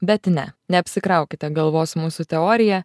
bet ne neapsikraukite galvos mūsų teorija